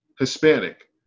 Hispanic